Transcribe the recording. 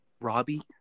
Robbie